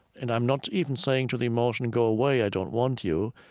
and i'm not even saying to the emotion, go away, i don't want you.